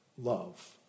love